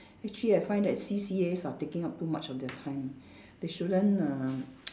actually I find that C_C_As are taking up too much of their time they shouldn't uh